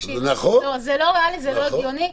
זה לא הגיוני.